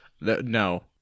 No